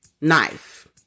knife